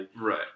right